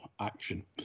action